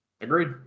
Agreed